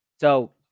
So-